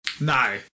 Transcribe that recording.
No